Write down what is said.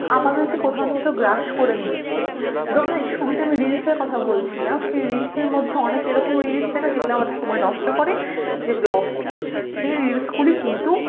আমাদেরকে কোথাও না কোথাও গ্রাস করে নিচ্ছে ধরুন এই শুরুতে আমি রিল্সের কথা বলছিলাম এই রিল্সের মধ্যেও অনেক এরকম রিল্স থাকে যেগুলো আমাদের সময় নষ্ট করে যেগুলো অশ্লীল সেই রিল্সগুলি কিন্তু